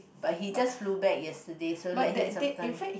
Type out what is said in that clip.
but he just flew back yesterday so just let him some time